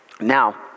now